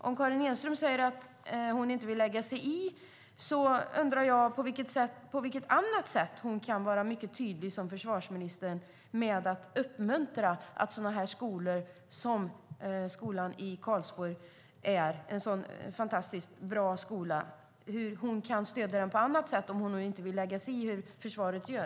Om Karin Enström säger att hon inte vill lägga sig i undrar jag på vilket annat sätt hon kan vara tydlig som försvarsminister och uppmuntra sådana här skolor. Skolan i Karlsborg är fantastiskt bra. Hur kan försvarsministern stödja den på annat sätt, om hon nu inte vill lägga sig i hur försvaret gör?